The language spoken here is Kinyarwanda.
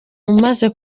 umaze